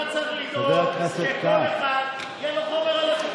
אתה צריך לדאוג שלכל אחד יהיה חומר על השולחן.